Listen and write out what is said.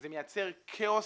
זה מייצר כאוס